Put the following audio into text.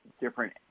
different